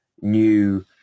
new